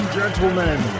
gentlemen